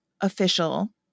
official